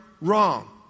wrong